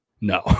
no